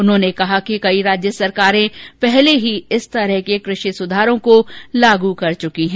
उन्होंने कहा कि कई राज्य सरकारे पहले ही इस तरह के कृषि सुधारों को लागू कर चुकी हैं